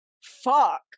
fuck